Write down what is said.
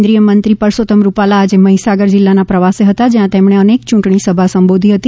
કેન્દ્રિય મંત્રી પરસોત્તમ રૂપાલા આજે મહીસાગર જિલ્લાના પ્રવાસે હતા જ્યાં તેમણે અનેક યૂંટણી સભા સંબોધી હતી